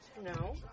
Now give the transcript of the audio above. No